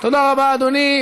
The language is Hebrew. תודה רבה, אדוני.